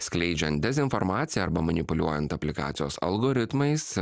skleidžiant dezinformaciją arba manipuliuojant aplikacijos algoritmais